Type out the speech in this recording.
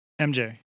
MJ